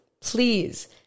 Please